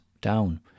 Down